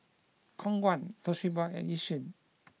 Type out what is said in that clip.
Khong Guan Toshiba and Yishion